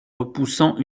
repoussant